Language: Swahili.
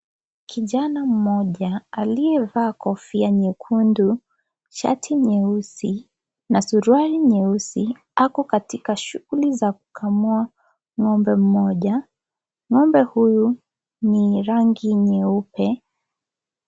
Kijana moja aliyevaa kofia nyekundu shati nyeusi na suruali nyeusi ako katika shughuli za kukamua ng'ombe mmoja, ng'ombe huyu ni rangi nyeupe.